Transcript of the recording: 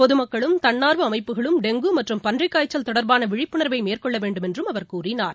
பொதுமக்களும் தன்னார்வ அமைப்புகளும் டெங்கு மற்றும் பன்றிக்காய்ச்சல் தொடர்பான விழிப்புணர்வை மேற்கொள்ள வேண்டும் என்றும் அவர் கூறினார்